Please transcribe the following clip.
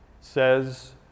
says